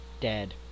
dead